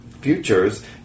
futures